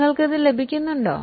നിങ്ങൾക്ക് ഇത് മനസിലാകുന്നുണ്ടോ